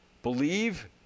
Believe